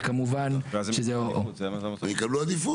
ואז הם יקבלו עדיפות.